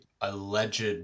alleged